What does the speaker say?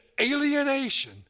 alienation